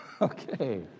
Okay